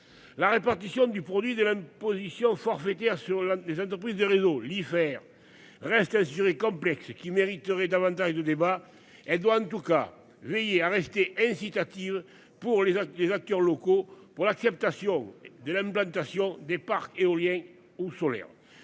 La répartition du produit de l'imposition forfaitaire sur les entreprises de réseaux, l'IFER reste assuré complexe qui mériterait davantage de débats. Elle doit en tout cas veiller à rester incitative pour les les acteurs locaux pour l'acceptation de l'implantation des parcs éolien ou solaire.